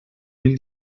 mil